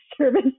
service